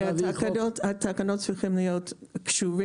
כי התקנות צריכים להיות קשובים.